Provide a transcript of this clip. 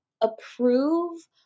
approve